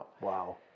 Wow